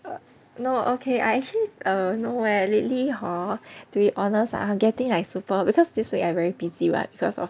no okay I actually err no eh lately hor to be honest ah I'm getting like super because this week I very busy [what] because of